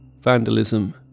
vandalism